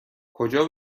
کجا